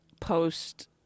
post